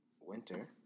winter